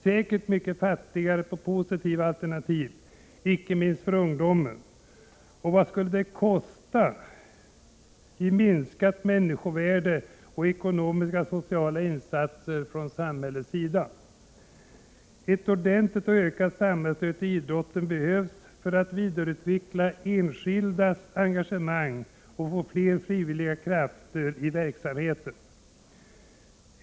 Säkert mycket fattigare på positiva alternativ, icke minst för ungdomen. Och vad skulle detta kosta i minskat människovärde och i ekonomiska eller sociala insatser från samhällets sida? Ett ordentligt och ökat samhällsstöd till idrotten behövs för att vidareutveckla enskildas engagemang och få fler frivilliga krafter till verksamheten.